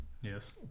Yes